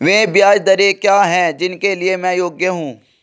वे ब्याज दरें क्या हैं जिनके लिए मैं योग्य हूँ?